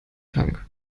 tank